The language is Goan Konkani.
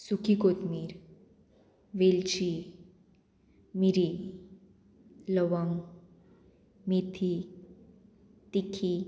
सुखी कोथमीर वेलची मिरी लवंग मेथी तिखी